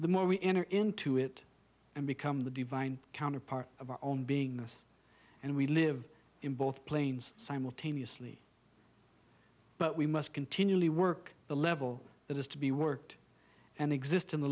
the more we enter into it and become the divine counterpart of our own beingness and we live in both planes simultaneously but we must continually work the level that has to be worked and exist in the